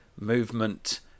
movement